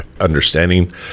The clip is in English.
understanding